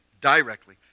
directly